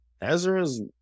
ezra's